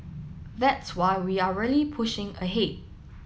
that's why we are really pushing ahead